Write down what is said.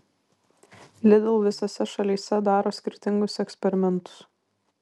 lidl visose šalyse daro skirtingus eksperimentus